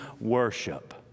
worship